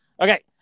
Okay